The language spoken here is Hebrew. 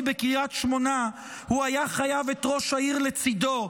בקריית שמונה הוא היה חייב את ראש העיר לצידו,